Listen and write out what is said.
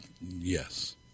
yes